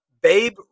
Babe